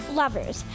lovers